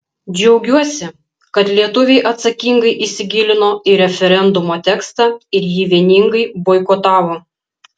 džiaugiuosi kad lietuviai atsakingai įsigilino į referendumo tekstą ir jį vieningai boikotavo